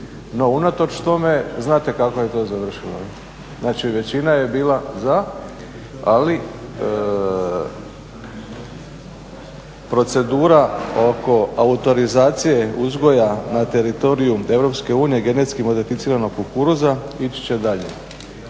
No unatoč tome znate kako je to završilo, znači većina je bila za ali procedura oko autorizacije uzgoja na teritoriju Europske unije GMO kukuruza ići će dalje.